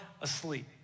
asleep